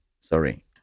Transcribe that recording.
Sorry